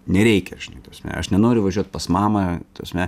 nereikia žinai ta prasme aš nenoriu važiuot pas mamą ta prasme